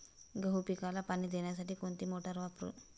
गहू पिकाला पाणी देण्यासाठी कोणती मोटार वापरू?